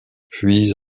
puis